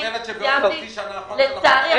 את אומרת שבעוד חצי שנה הצעת החוק תעלה?